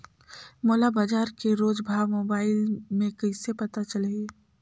मोला बजार के रोज भाव मोबाइल मे कइसे पता चलही?